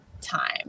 time